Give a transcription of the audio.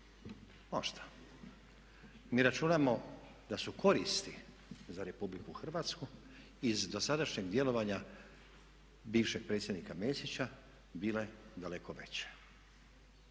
Možda. Mi računamo da su koristi za Republiku Hrvatsku iz dosadašnjeg djelovanja bivšeg predsjednika Mesića bile daleko veće.